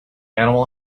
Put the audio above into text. animal